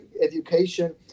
education